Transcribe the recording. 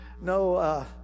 No